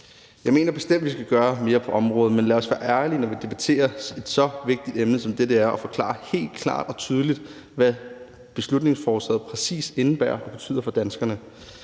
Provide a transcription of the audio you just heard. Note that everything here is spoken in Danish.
Jeg mener bestemt, vi skal gøre mere på området, men lad os være ærlige, når vi debatterer et så vigtigt emne som det her, og forklare helt klart og tydeligt, hvad beslutningsforslaget præcis indebærer og betyder for danskerne.